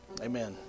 amen